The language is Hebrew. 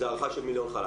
זו הערכה של מיליון חל"תים.